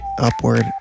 upward